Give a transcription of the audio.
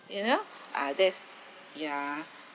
you know uh that's ya